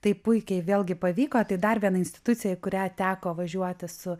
tai puikiai vėlgi pavyko tai dar viena institucija į kurią teko važiuoti su